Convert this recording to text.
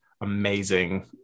amazing